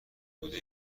بوده